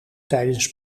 tijdens